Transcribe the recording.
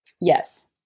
Yes